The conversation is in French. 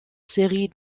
série